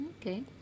Okay